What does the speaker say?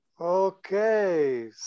Okay